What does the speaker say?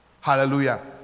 Hallelujah